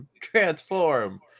Transform